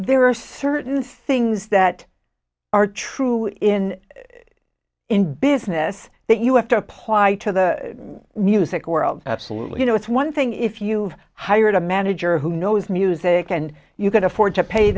there are certain things that are true in in business that you have to apply to the music world absolutely you know it's one thing if you've hired a manager who knows music and you can afford to pay